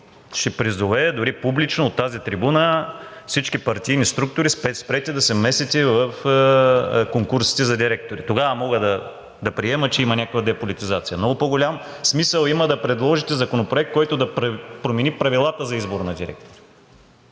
ще призове дори публично от тази трибуна всички партийни структури – спрете да се месите в конкурсите за директори, тогава мога да приема, че има някаква деполитизация. Много по-голям смисъл има да предложите Законопроект, който да промени правилата за избор на директори.